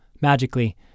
Magically